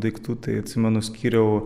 daiktų tai atsimenu skyriau